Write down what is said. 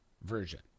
version